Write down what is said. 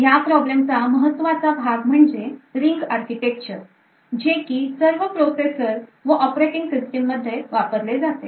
ह्या problem चा महत्त्वाचा भाग म्हणजे ring architecture जे की सर्व processor व Operating system मध्ये वापरले जाते